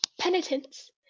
Penitence